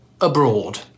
abroad